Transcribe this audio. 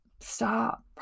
stop